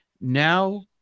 Now